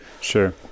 Sure